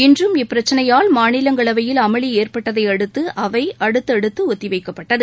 இன்றும் இப்பிரச்சனையால் மாநிலங்களவையில் அமளி ஏற்பட்டதை அடுத்து அவை அடுத்தடுத்து ஒத்தி வைக்கப்பட்டது